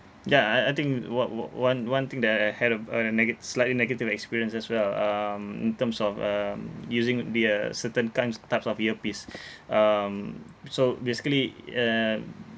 ya I I think o~ o~ one one thing that I I had ab~ a a nega~ slightly negative experience as well um in terms of um using the uh certain kinds types of earpiece um so basically um